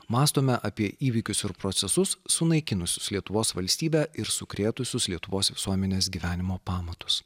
mąstome apie įvykius ir procesus sunaikinusius lietuvos valstybę ir sukrėtusius lietuvos visuomenės gyvenimo pamatus